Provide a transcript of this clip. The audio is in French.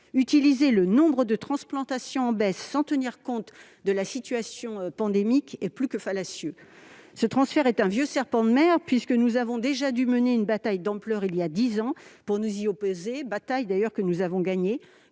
Utiliser le nombre de transplantations en baisse sans tenir compte de la situation pandémique est plus que fallacieux ! Ce transfert est un vieux serpent de mer, puisque nous avons déjà dû mener une bataille d'ampleur voilà dix ans pour nous y opposer. Nous avions d'ailleurs gagné